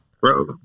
Bro